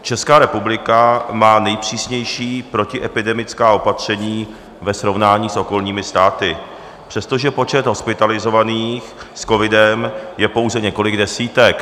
Česká republika má nejpřísnější protiepidemická opatření ve srovnání s okolními státy, přestože počet hospitalizovaných s covidem je pouze několik desítek.